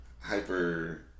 Hyper